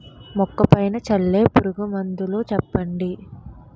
మొక్క పైన చల్లే పురుగు మందులు చెప్పండి?